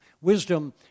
wisdom